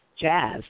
jazz